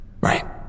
Right